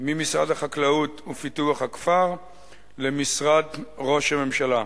ממשרד החקלאות ופיתוח הכפר למשרד ראש הממשלה.